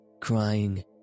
crying